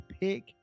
pick